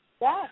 Yes